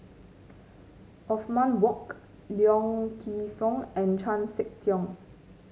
Othman Wok Loy Keng Foo and Chan Sek Keong